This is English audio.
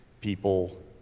people